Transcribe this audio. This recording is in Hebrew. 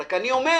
רק אני אומר: